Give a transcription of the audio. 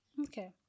Okay